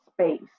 space